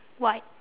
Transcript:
white